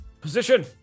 Position